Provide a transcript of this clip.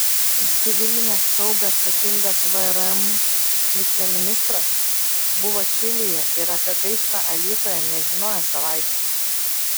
už civilinę saugą atsakingas vrm viceministras buvo čilėje ir apie gaisrą alytuje nežinojo savaitę